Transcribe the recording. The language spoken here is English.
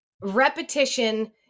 repetition